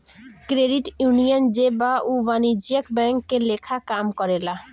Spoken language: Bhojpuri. क्रेडिट यूनियन जे बा उ वाणिज्यिक बैंक के लेखा काम करेला